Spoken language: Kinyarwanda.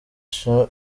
cha